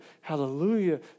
hallelujah